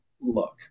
look